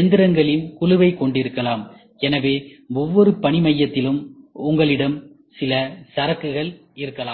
எந்திரங்களின் குழுவைக் கொண்டிருக்கலாம் எனவே ஒவ்வொரு பணி மையத்திலும் உங்களிடம் சில சரக்குகள் இருக்கலாம்